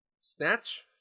snatch